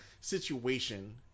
situation